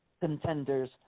contenders